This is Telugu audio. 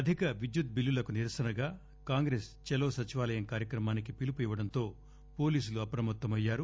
అధిక విద్యుత్ బిల్లులకు నిరసనగా కాంగ్రెస్ చలో సచివాలయం కార్యక్రమానికి పిలుపు ఇవ్వడంతో పోలీసులు అప్రమత్తమయ్యారు